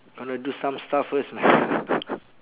gonna do some stuff first m~